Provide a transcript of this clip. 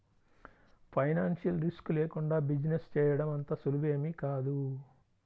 financial risk లేకుండా business చేయడం అంత సులువేమీ కాదు